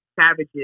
savages